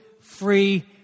free